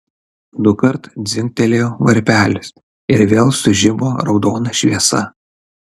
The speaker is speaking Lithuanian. dukart dzingtelėjo varpelis ir vėl sužibo raudona šviesa